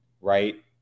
right